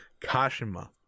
Kashima